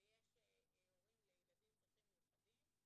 שיש הורים לילדים עם צרכים מיוחדים,